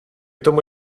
tomu